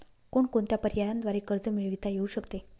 कोणकोणत्या पर्यायांद्वारे कर्ज मिळविता येऊ शकते?